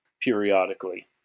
periodically